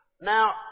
Now